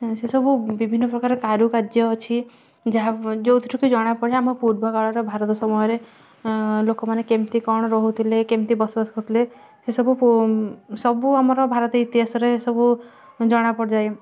ସେ ସବୁ ବିଭିନ୍ନ ପ୍ରକାର କାରୁକାର୍ଯ୍ୟ ଅଛି ଯାହା ଯେଉଁଥୁରୁ କି ଜଣାପଡ଼େ ଆମ ପୂର୍ବ କାଳର ଭାରତ ସମୟରେ ଲୋକ ମାନେ କେମିତି କ'ଣ ରହୁଥିଲେ କେମିତି ବସବାସ କରୁଥିଲେ ସେସବୁ ସବୁ ଆମର ଭାରତ ଇତିହାସରେ ସବୁ ଜଣା ପଡ଼ିଯାଏ